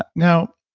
but now,